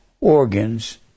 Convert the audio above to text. organs